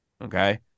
Okay